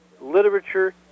literature